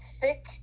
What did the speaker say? thick